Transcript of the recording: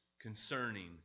concerning